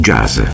Jazz